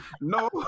no